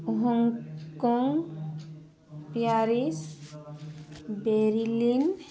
Hong Kong Paris Berlin